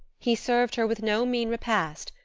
he served her with no mean repast,